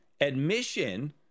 admission